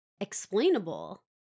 explainable